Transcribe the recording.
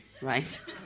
Right